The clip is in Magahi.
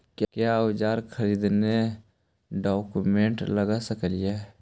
क्या ओजार खरीदने ड़ाओकमेसे लगे सकेली?